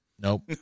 Nope